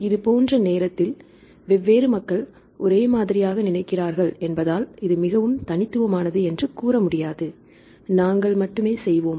இது போன்ற நேரத்தில் வெவ்வேறு மக்கள் ஒரே மாதிரியாக நினைக்கிறார்கள் என்பதால் இது மிகவும் தனித்துவமானது என்று கூற முடியாது நாங்கள் மட்டுமே செய்வோம்